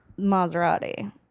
Maserati